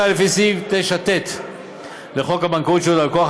לפי סעיף 9ט לחוק הבנקאות (שירות ללקוח),